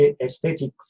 aesthetic